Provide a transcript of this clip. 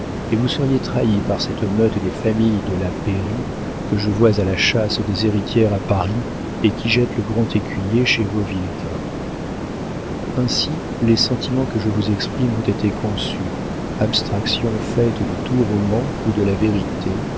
et vous seriez trahie par cette meute des familles de la pairie que je vois à la chasse des héritières à paris et qui jette le grand écuyer chez vos vilquin ainsi les sentiments que je vous exprime ont été conçus abstraction faite de tout roman ou de la vérité